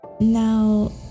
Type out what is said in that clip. Now